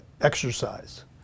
exercise